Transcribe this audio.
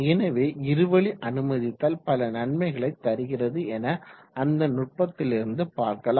எனவே இருவழி அனுமதித்தல் பல நன்மைகளை தருகிறது என அந்த நுட்பத்திலிருந்து பார்க்கலாம்